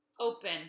open